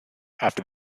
after